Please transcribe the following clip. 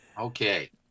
Okay